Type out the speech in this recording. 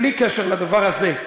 בלי קשר לדבר הזה,